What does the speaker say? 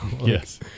Yes